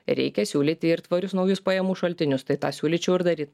reikia siūlyti ir tvarius naujus pajamų šaltinius tai tą siūlyčiau ir daryt